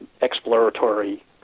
exploratory